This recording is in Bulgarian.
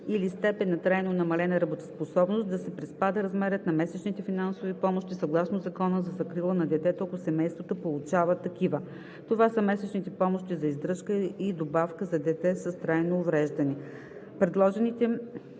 или степен на трайно намалена работоспособност, да се приспада размерът на месечните финансови помощи съгласно Закона за закрила на детето, ако семействата получават такива. Това са месечните помощи за издръжка и добавката за дете с трайно увреждане.